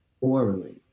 orally